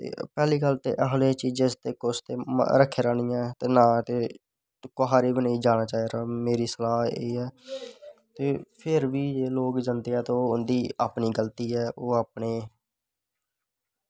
पैह्ली गल्ल एहो जेही चीजें पर कुछ ते रक्खे दा नी ऐ ते नां ते कुसै दे बी नी जाना चाही दा मेंरी सलाह् एह् ऐ ते फिर बी एह् लोग जंदे ऐ ते इंदी अपनी गल्ती ऐ ओह् अपने